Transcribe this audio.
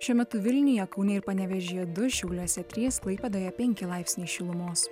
šiuo metu vilniuje kaune ir panevėžyje du šiauliuose trys klaipėdoje penki laipsniai šilumos